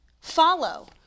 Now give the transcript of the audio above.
follow